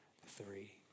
three